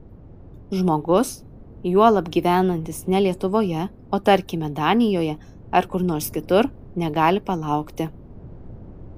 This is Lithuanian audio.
žmogus juolab gyvenantis ne lietuvoje o tarkime danijoje ar kur nors kitur negali palaukti